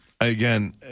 again